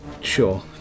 Sure